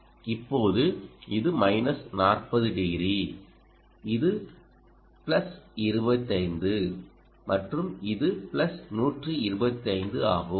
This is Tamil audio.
இப்போது இது மைனஸ் 40 டிகிரி இது பிளஸ் 25 மற்றும் இது பிளஸ் 125 ஆகும்